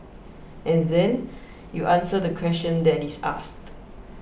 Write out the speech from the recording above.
and then you answer the question that is asked